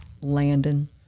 Landon